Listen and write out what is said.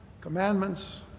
commandments